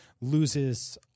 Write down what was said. Loses